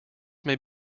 may